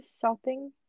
shopping